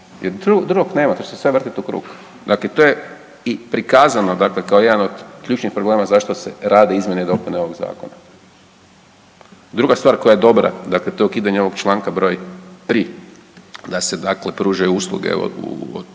drugog nema to će se sve vrtit u krug. Dakle, to je i prikazano dakle kao jedan od ključnih problema zašto se rade izmjene i dopune ovog zakona. Druga stvar koja je dobra, dakle to je ukidanje ovog čl. br. 3. da se dakle pružaju usluge od